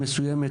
מסוימת,